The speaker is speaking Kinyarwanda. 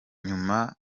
nyuma